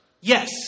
Yes